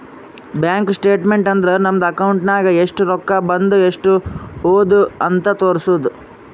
bank statement ಅಂದುರ್ ನಮ್ದು account ನಾಗ್ ಎಸ್ಟ್ ರೊಕ್ಕಾ ಬಂದು ಎಸ್ಟ್ ಹೋದು ಅಂತ್ ತೋರುಸ್ತುದ್